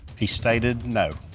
he stated no.